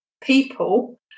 people